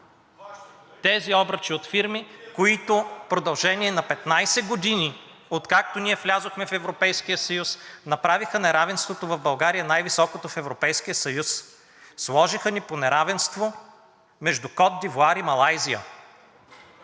Тези обръчи от фирми, които в продължение на 15 години, откакто ние влязохме в Европейския съюз, направиха неравенството в България най-високото в Европейския съюз. Сложиха ни по неравенство между Кот д’Ивоар и Малайзия,